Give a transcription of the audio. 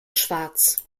schwarz